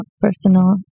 personal